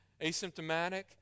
asymptomatic